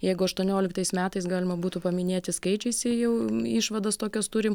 jeigu aštuonioliktais metais galima būtų paminėti skaičiais jau išvados tokios turim